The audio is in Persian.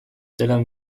دلم